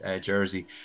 jersey